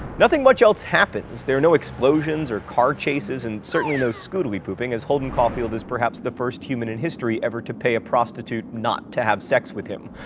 nothing much else happens there are no explosions or car chases, and certainly no skoodilypooping, as holden caulfield is perhaps the first human in history ever to pay a prostitute not to have sex with him.